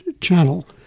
channel